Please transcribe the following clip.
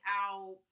out